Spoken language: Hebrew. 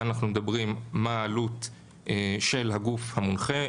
כאן אנחנו מדברים מה העלות של הגוף המונחה,